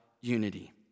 unity